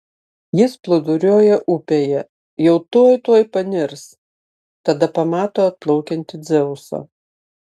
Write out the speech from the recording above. jis plūduriuoja upėje jau tuoj tuoj panirs tada pamato atplaukiantį dzeusą